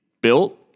built